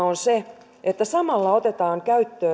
on se että samalla otetaan käyttöön